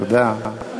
תודה.